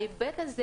ההיבט הזה,